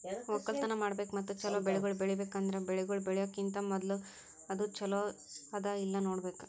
ಒಕ್ಕಲತನ ಮಾಡ್ಬೇಕು ಮತ್ತ ಚಲೋ ಬೆಳಿಗೊಳ್ ಬೆಳಿಬೇಕ್ ಅಂದುರ್ ಬೆಳಿಗೊಳ್ ಬೆಳಿಯೋಕಿಂತಾ ಮೂದುಲ ಅದು ಚಲೋ ಅದಾ ಇಲ್ಲಾ ನೋಡ್ಬೇಕು